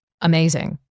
amazing